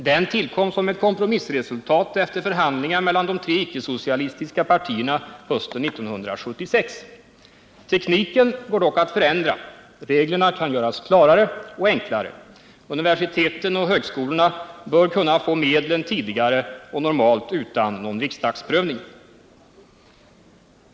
Den tillkom som ett kompromissresultat efter förhandlingar mellan de tre icke socialistiska partierna hösten 1976. Tekniken går dock att förändra. Reglerna kan göras klarare och enklare. Universiteten och högskolorna bör kunna få medlen tidigare och normalt utan någon riksdagsprövning.